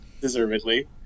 Deservedly